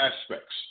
aspects